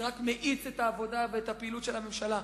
זה רק מאיץ את העבודה ואת הפעילות של הממשלה.